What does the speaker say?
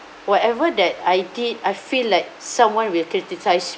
whatever that I did I feel like someone will criticize